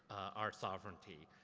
our sovereignty.